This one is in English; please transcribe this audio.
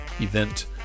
event